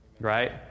right